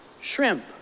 shrimp